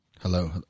Hello